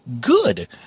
good